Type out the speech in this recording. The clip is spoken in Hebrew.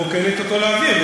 את מרוקנת אותו לאוויר,